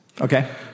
Okay